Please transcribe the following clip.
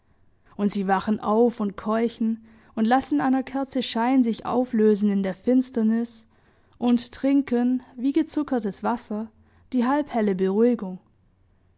und sie wachen auf und keuchen und lassen einer kerze schein sich auflösen in der finsternis und trinken wie gezuckertes wasser die halbhelle beruhigung